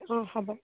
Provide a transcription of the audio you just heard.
অঁ হ'ব